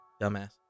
Dumbass